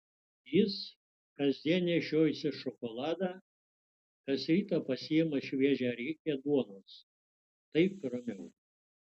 jis kasdien nešiojasi šokoladą kas rytą pasiima šviežią riekę duonos taip ramiau